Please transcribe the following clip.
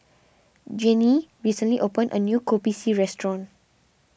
Jeannie recently openned a new Kopi C restaurant